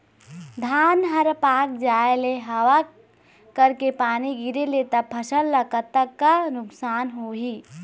धान हर पाक जाय ले हवा करके पानी गिरे ले त फसल ला कतका नुकसान होही?